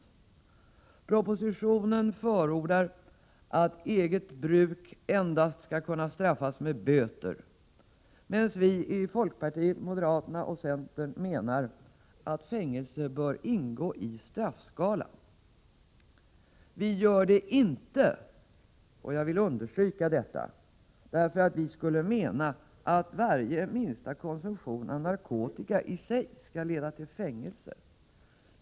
I propositionen förordas att eget bruk skall kunna straffas endast med böter, medan vi i folkpartiet, moderata samlingspartiet och centern menar att fängelse bör ingå i straffskalan. Vi gör det inte, vilket jag vill understryka, därför att vi skulle mena att minsta konsumtion av narkotika i sig skall leda till fängelse.